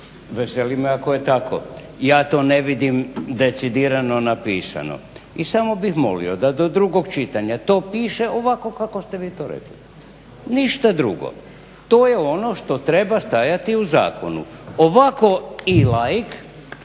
Veseli me ako je tako. Ja to ne vidim decidirano napisano. I samo bih molio da do drugog čitanja to piše ovako kako ste vi to rekli, ništa drugo. To je ono što treba stajati u zakonu. Ovako i laik,